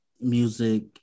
music